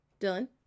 Dylan